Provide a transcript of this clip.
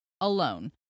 alone